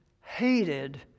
hated